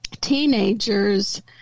teenagers